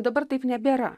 dabar taip nebėra